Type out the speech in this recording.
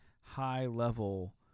high-level